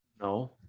No